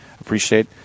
appreciate